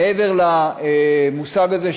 מעבר למושג הזה,